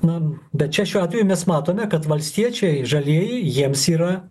na bet čia šiuo atveju mes matome kad valstiečiai žalieji jiems yra